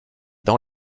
dans